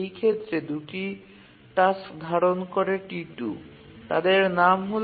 এই ক্ষেত্রে ২ টি টাস্ক ধারন করে T2 তাদের নাম হল T2a এবং T2b